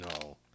no